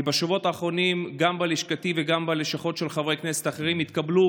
כי בשבועות האחרונים גם בלשכתי וגם בלשכות של חברי כנסת אחרים התקבלו